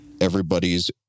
Everybody's